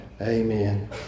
Amen